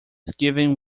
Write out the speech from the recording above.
giving